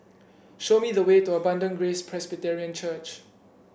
show me the way to Abundant Grace Presbyterian Church